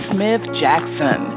Smith-Jackson